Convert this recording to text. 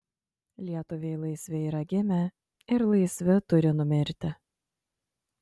lietuviai laisvi yra gimę ir laisvi turi numirti